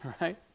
right